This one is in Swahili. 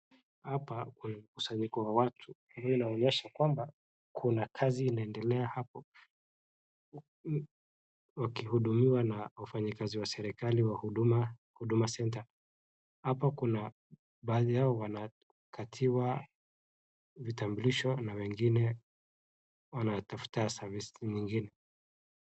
Hapa kuna mkusanyiko wa watu. Hiyo inaonyesha kwamba kuna kazi inaendelea hapo wakihudumiwa na wafanyikazi wa serikali wa Huduma Huduma Center . Hapa kuna baadhi yao wanakatiwa vitambulisho na wengine wanatafuta service nyingine.